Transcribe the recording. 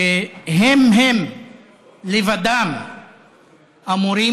שהם הם לבדם אמורים